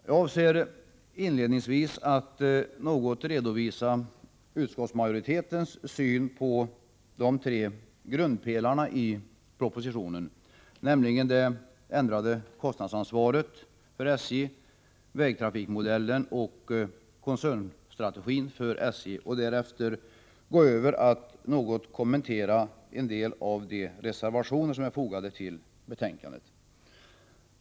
Jag avser inledningsvis att något redovisa utskottsmajoritetens syn på de tre grundpelarna i propositionen, nämligen det ändrade kostnadsansvaret för SJ, vägtrafikmodellen och koncernstrategin för SJ och därefter gå över till att något kommentera en del av de reservationer som är fogade till betänkandet.